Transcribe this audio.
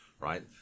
Right